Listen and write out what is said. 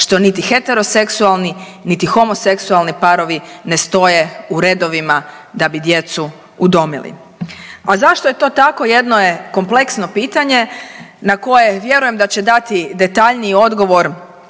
što niti heteroseksualni, niti homoseksualni parovi ne stoje u redovima da bi djecu udomili. A zašto je to tako jedno je kompleksno pitanje na koje vjerujem da će dati detaljniji odgovor